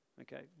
Okay